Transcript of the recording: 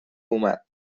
اومد